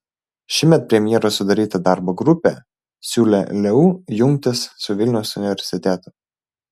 šįmet premjero sudaryta darbo grupė siūlė leu jungtis su vilniaus universitetu